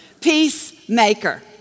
Peacemaker